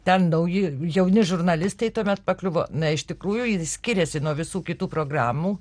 ten nauji jauni žurnalistai tuomet pakliuvo na iš tikrųjų skiriasi nuo visų kitų programų